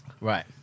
Right